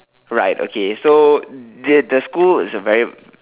right okay so the the school is a very